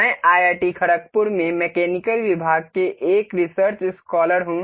मैं IIT खड़गपुर में mechanical विभाग में एक रिसर्च स्कॉलर हूं